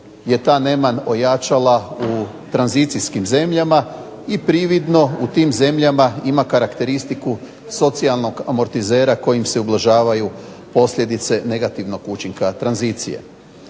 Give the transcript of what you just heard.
je ta nemam ojačala u tranzicijskim zemljama i prividno u tim zemljama ima karakteristiku socijalnog amortizera kojim se ublažavaju posljedice negativnog učinka tranzicije.